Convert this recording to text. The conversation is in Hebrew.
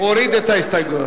הוא הוריד את ההסתייגויות,